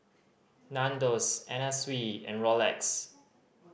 Nandos Anna Sui and Rolex